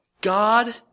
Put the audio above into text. God